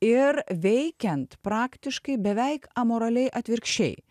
ir veikiant praktiškai beveik amoraliai atvirkščiai